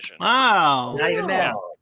Wow